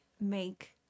make